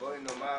בואי נאמר,